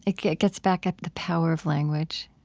it gets back at the power of language,